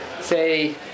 say